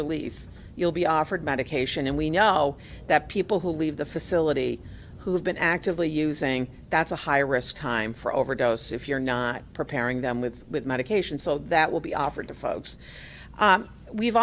release you'll be offered medication and we know that people who leave the facility who have been actively using that's a high risk time for overdose if you're not preparing them with with medication so that will be offered to folks we've